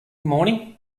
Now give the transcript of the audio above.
morning